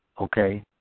okay